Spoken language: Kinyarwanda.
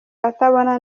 atabona